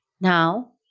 now